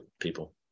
people